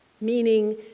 meaning